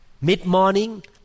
mid-morning